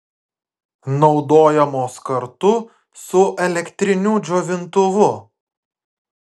naudojamos kartu su elektriniu džiovintuvu